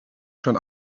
schon